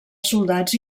soldats